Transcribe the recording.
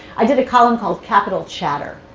i did a column called capitol chatter,